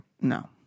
No